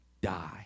die